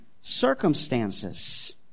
circumstances